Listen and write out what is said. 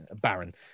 baron